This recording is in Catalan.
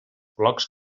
blocs